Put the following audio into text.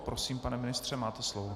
Prosím, pane ministře, máte slovo.